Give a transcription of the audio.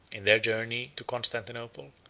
in their journey to constantinople,